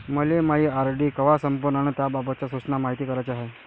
मले मायी आर.डी कवा संपन अन त्याबाबतच्या सूचना मायती कराच्या हाय